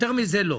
יותר מזה לא.